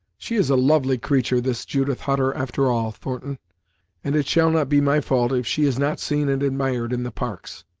she is a lovely creature, this judith hutter, after all, thornton and it shall not be my fault if she is not seen and admired in the parks!